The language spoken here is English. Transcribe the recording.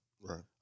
Right